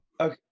okay